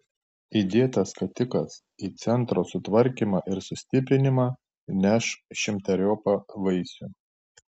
įdėtas skatikas į centro sutvarkymą ir sustiprinimą neš šimteriopą vaisių